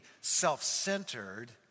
self-centered